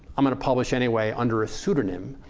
i'm going to publish anyway under a pseudonym.